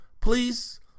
Please